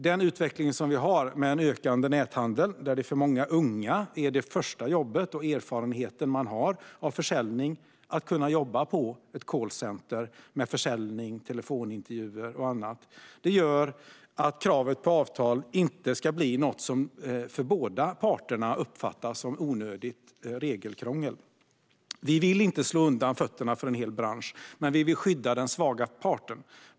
Den utveckling vi har med en ökande näthandel, där för många unga det första jobbet och den första erfarenheten av försäljning är jobb på ett callcenter med försäljning, telefonintervjuer och annat, gör att kravet på avtal inte ska bli något som för båda parter uppfattas som onödigt regelkrångel. Vi vill inte slå undan fötterna för en hel bransch, men vi vill skydda den svaga parten.